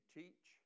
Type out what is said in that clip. teach